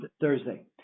Thursday